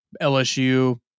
LSU